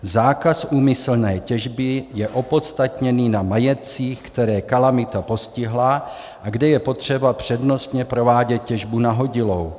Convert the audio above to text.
Zákaz úmyslné těžby je opodstatněný na majetcích, které kalamita postihla a kde je potřeba přednostně provádět těžbu nahodilou.